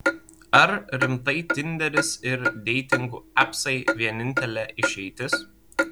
ar rimtai tinderis ir deitingų apsai vienintelė išeitis